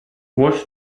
what